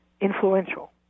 Influential